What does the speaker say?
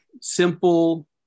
simple